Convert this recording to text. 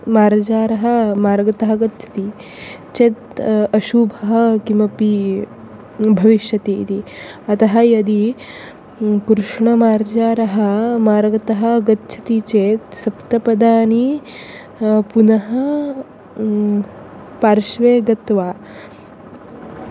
मार्जारः मार्गतः गच्छति चेत् अशुभं किमपि भविष्यति इति अतः यदि कृष्णमार्जारः मार्गतः गच्छति चेत् सप्त पदानि पुनः पार्श्वे गत्वा